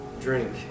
Drink